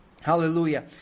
Hallelujah